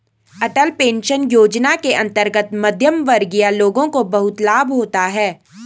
अटल pension योजना के अंतर्गत मध्यमवर्गीय लोगों को बहुत लाभ होता है